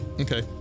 Okay